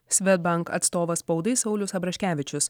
svedbank atstovas spaudai saulius abraškevičius